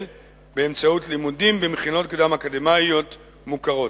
באמצעות לימודים במכינות קדם-אקדמיות מוכרות.